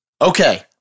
Okay